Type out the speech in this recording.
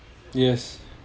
yes